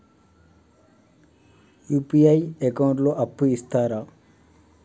UPI account లో అప్పు ఇస్తరా?